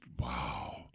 wow